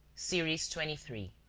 series twenty three.